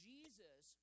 Jesus